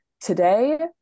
Today